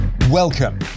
Welcome